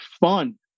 fun